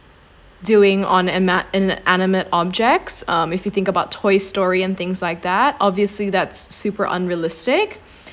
doing on anmat~ in animate objects um if you think about toy story and things like that obviously that's super unrealistic